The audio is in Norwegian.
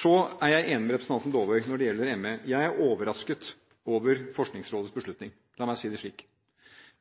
Så er jeg er enig med representanten Dåvøy når det gjelder ME. Jeg er overrasket over Forskningsrådets beslutning – la meg si det slik.